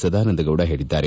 ಸದಾನಂದ ಗೌಡ ಹೇಳಿದ್ದಾರೆ